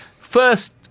First